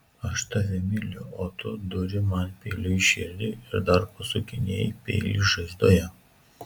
aš tave myliu o tu duri man peiliu į širdį ir dar pasukinėji peilį žaizdoje